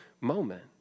moment